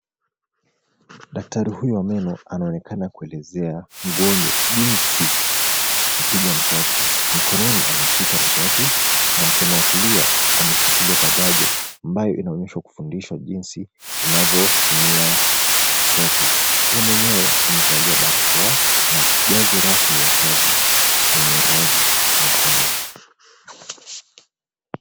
Daktari huyu wa meno anaonekana kuelezea mgonjwa jinsi ya kupiga mswaki. Mkononi ameshika mswaki na mkono wa kulia ameshikilia thabajo ambayo inaonyeshwa kufundishwa jinsi unavyotumia mswaki. Yeye mwenyewe amevalia barakoa na jezi rasmi ya kazi yenye rangi nyekundu.